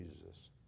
Jesus